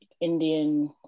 Indian